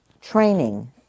training